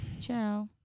Ciao